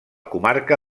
comarca